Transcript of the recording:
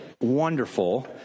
wonderful